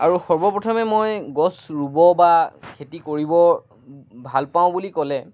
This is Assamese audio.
আৰু সৰ্বপ্ৰথমে মই গছ ৰুব বা খেতি কৰিব ভাল পাওঁ বুলি ক'লে